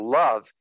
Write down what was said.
love